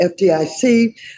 FDIC